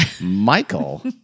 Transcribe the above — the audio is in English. Michael